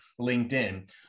LinkedIn